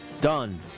Done